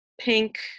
pink